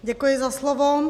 Děkuji za slovo.